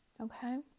Okay